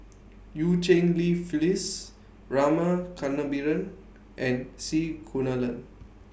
EU Cheng Li Phyllis Rama Kannabiran and C Kunalan